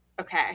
Okay